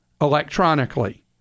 electronically